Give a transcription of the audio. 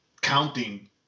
counting